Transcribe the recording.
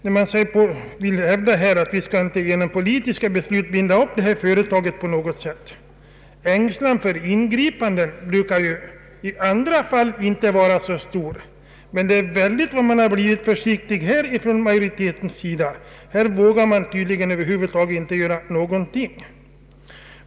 När man hävdar att vi inte bör genom politiska beslut binda upp LKAB på något sätt, måste jag säga att ängslan för ingripanden ju i andra fall inte brukar vara så stor men att det är märkligt vad majoriteten blivit försiktig i detta fall. Här vågar tydligen majoriteten över huvud taget inte göra någonting.